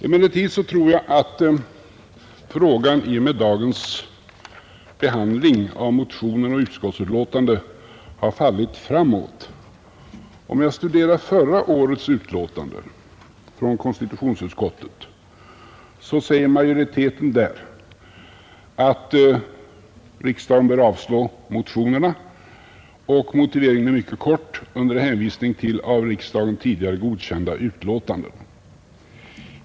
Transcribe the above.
Emellertid tror jag att frågan i och med dagens behandling har fallit framåt. I förra årets utlåtande från konstitutionsutskottet sade majoriteten att riksdagen bör avslå motionerna. Motiveringen är mycket kort, nämligen ”under hänvisning till av riksdagen tidigare godkända utlåtanden”.